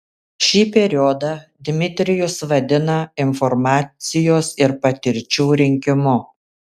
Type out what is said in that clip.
šį periodą dmitrijus vadina informacijos ir patirčių rinkimu